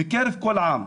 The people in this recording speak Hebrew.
בקרב כל עם,